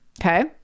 okay